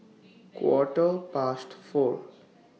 Quarter Past four